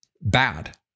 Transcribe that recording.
bad